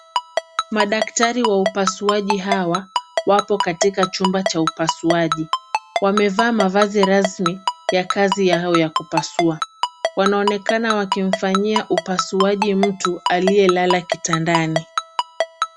Madaktari wa upasuaji hawa, wapo katika chumba cha upasuaji. Wamevaa mavazi rasmi ya kazi yao ya kupasua. Wanaonekana wakimfanyia upasuaji mtu aliyelala kitandani.